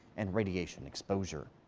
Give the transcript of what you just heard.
and radiation exposure.